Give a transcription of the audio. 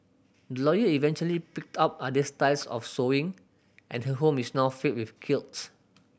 lawyer eventually picked up other styles of sewing and her home is now filled with quilts